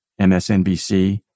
MSNBC